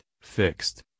fixed